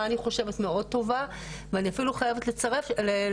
אני חושבת מאוד טוב ואני אפילו חייבת להדגיש,